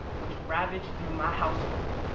which ravaged through my household.